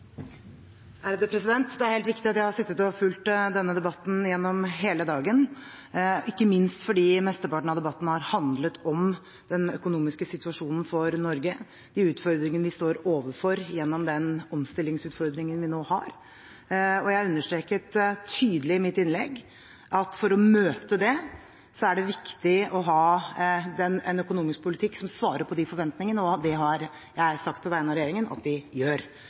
de utfordringene vi står overfor gjennom den omstillingsutfordringen vi nå har. Jeg understreket tydelig i mitt innlegg at for å møte det er det viktig å ha en økonomisk politikk som svarer på de forventningene, og det har jeg sagt på vegne av regjeringen at